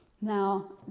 Now